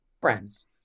friends